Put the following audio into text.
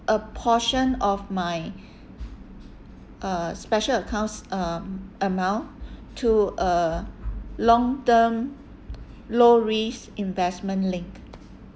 a portion of my uh special accounts um amount to a long-term low risk investment link